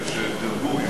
היו מסקנות שדירגו,